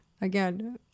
again